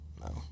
No